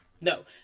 no